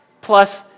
plus